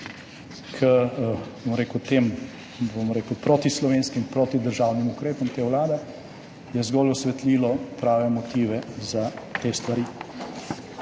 slišali k tem, bom rekel, protislovenskim, protidržavnim ukrepom te vlade, je zgolj osvetlilo prave motive za te stvari.